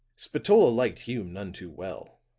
spatola liked hume none too well.